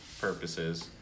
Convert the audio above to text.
purposes